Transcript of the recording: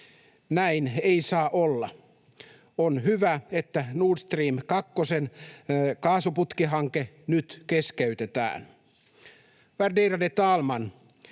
Näin ei saa olla. On hyvä, että Nord Stream kakkosen kaasuputkihanke nyt keskeytetään.